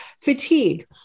Fatigue